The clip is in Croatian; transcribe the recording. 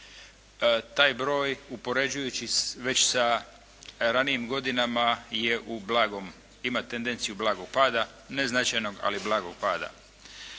Taj broj upoređujući već sa ranijim godinama je u blagom, ima tendenciju blagog pada, ne značajnog ali blagog pada.